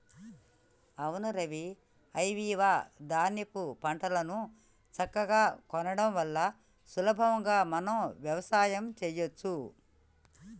అవును రవి ఐవివ ధాన్యాపు పంటలను సక్కగా కొనడం వల్ల సులభంగా మనం వ్యవసాయం సెయ్యచ్చు